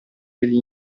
degli